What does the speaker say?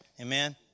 Amen